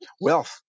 wealth